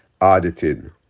auditing